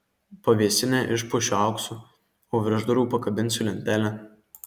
pavėsinę išpuošiu auksu o virš durų pakabinsiu lentelę